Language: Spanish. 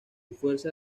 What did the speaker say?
fuerza